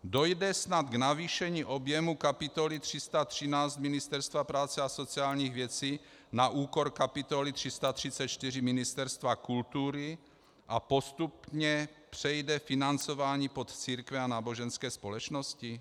Dojde snad k navýšení objemu kapitoly 313 Ministerstva práce a sociálních věcí na úkor kapitoly 334 Ministerstva kultury a postupně přejde financování pod církve a náboženské společnosti?